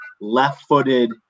left-footed